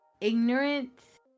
ignorance